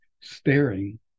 staring